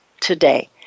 today